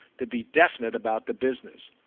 to be definite about the business.